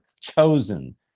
chosen